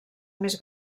més